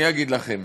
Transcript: אני אגיד לכם: